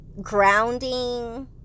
grounding